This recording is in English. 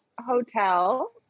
hotel